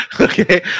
Okay